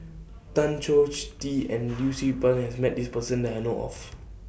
Tan Choh Tee and Yee Siew Pun has Met This Person that Have know of